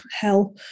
hell